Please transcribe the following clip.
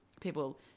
people